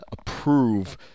approve